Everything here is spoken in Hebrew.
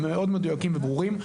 הם מדויקים וברורים,